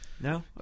No